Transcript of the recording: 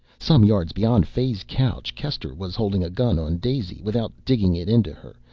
some yards beyond fay's couch, kester was holding a gun on daisy, without digging it into her,